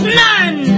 none